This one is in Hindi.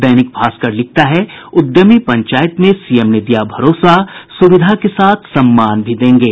दैनिक भास्कर लिखता है उद्यमी पंचायत में सीएम ने दिया भरोसा सुविधा के साथ सम्मान भी देंगे